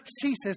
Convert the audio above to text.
ceases